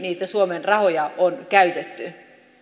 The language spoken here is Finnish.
niitä suomen rahoja on käytetty